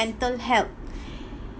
mental health